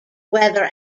whether